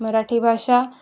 मराठी भाषा